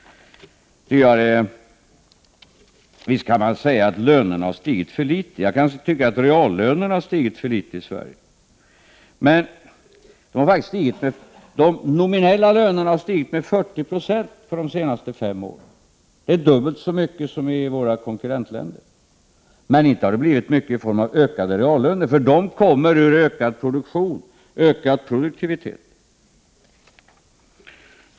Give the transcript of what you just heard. Visst kan man säga att lönerna har stigit för litet. Jag kan tycka att reallönerna har stigit för litet i Sverige, men de nominella lönerna har stigit med 40 96 de senaste fem åren, vilket är dubbelt så mycket som i våra konkurrentländer. Men inte har det blivit mycket i form av ökade reallöner — de kommer ju ur ökad produktion, ökad produktivitet.